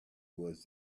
was